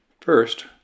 First